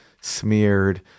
smeared